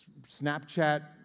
Snapchat